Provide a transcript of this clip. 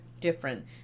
different